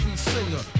singer